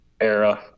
era